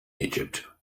egypt